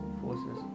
forces